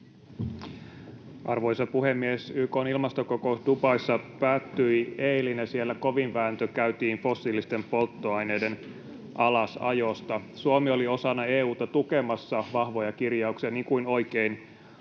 Arvoisa puhemies! YK:n ilmastokokous Dubaissa päättyi eilen, ja siellä kovin vääntö käytiin fossiilisten polttoaineiden alasajosta. Suomi oli osana EU:ta tukemassa vahvoja kirjauksia, niin kuin oikein